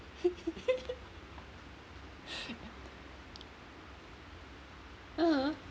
(uh huh)